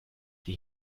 die